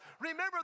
Remember